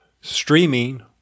streaming